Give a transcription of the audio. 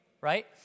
right